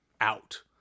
out